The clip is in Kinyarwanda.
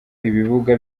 ibibuga